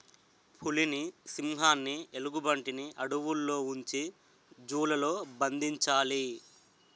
పులిని సింహాన్ని ఎలుగుబంటిని అడవుల్లో ఉంచి జూ లలో బంధించాలి